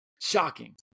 shocking